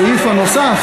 יש עתיד, והסעיף הנוסף,